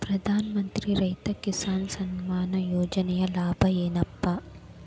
ಪ್ರಧಾನಮಂತ್ರಿ ರೈತ ಕಿಸಾನ್ ಸಮ್ಮಾನ ಯೋಜನೆಯ ಲಾಭ ಏನಪಾ?